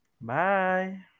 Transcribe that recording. Bye